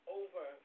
over